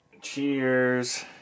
cheers